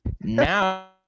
Now